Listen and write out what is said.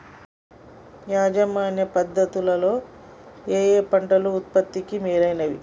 యాజమాన్య పద్ధతు లలో ఏయే పంటలు ఉత్పత్తికి మేలైనవి?